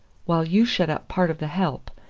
while you shut up part of the help,